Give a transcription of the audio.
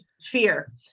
fear